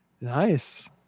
Nice